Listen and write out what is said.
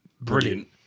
brilliant